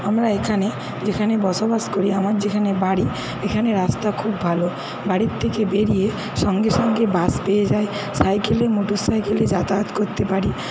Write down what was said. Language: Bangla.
আমরা এখানে যেখানে বসবাস করি আমার যেখানে বাড়ি এখানে রাস্তা খুব ভালো বাড়ির থেকে বেড়িয়ে সঙ্গে সঙ্গে বাস পেয়ে যাই সাইকেলে মোটর সাইকেলে যাতায়াত করতে পারি